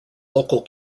local